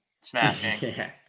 smashing